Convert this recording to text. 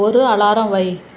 ஒரு அலாரம் வை